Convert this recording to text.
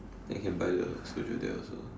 then can buy the soju there also